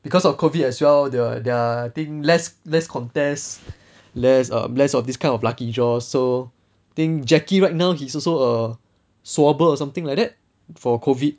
because of COVID as well there are there are I think less less contest less um less of this kind of lucky draw so I think jacky right now he's also a swabber or something like that for COVID